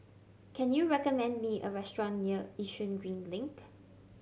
can you recommend me a restaurant near Yishun Green Link